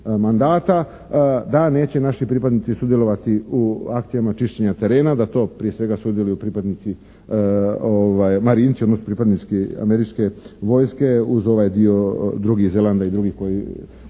mandata da neće naši pripadnici sudjelovati u akcijama čišćenja terena. Da to prije svega sudjeluju pripadnici marinci odnosno pripadnici američke vojske uz ovaj dio drugi, Zelanda i drugih koji